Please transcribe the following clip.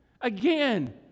again